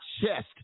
chest